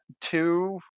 two